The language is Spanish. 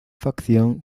facción